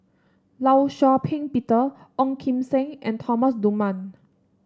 Law Shau Ping Peter Ong Kim Seng and Thomas Dunman